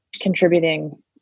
contributing